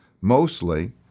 mostly